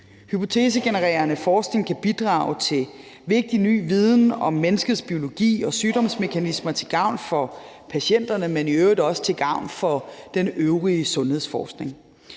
Hypotesegenererende forskning kan bidrage til vigtig ny viden om menneskets biologi og sygdomsmekanismer til gavn for patienterne, men i øvrigt også til gavn for den øvrige sundhedsforskning.